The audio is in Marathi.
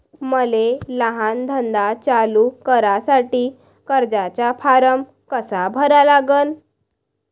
मले लहान धंदा चालू करासाठी कर्जाचा फारम कसा भरा लागन?